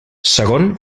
segon